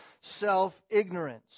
self-ignorance